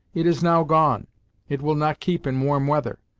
it is now gone it will not keep in warm weather.